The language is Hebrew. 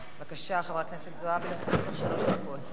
בבקשה, חברת הכנסת זועבי, לרשותך שלוש דקות.